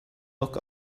look